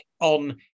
on